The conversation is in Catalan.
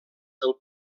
del